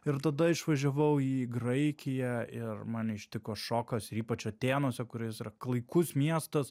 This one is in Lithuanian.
ir tada išvažiavau į graikiją ir mane ištiko šokas ir ypač atėnuose kuris yra klaikus miestas